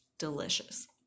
delicious